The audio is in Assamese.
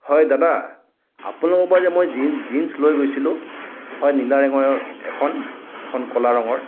হয় দাদা আপোনাৰ পৰা যে মই জিন জিনচ লৈ গৈছিলোঁ হয় নীলা ৰঙৰ এখন এখন ক'লা ৰঙৰ